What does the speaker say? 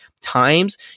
times